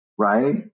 right